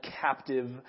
captive